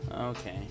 Okay